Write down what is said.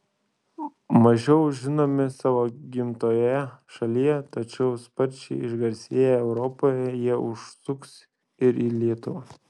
mažiau žinomi savo gimtojoje šalyje tačiau sparčiai išgarsėję europoje jie užsuks ir į lietuvą